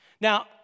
Now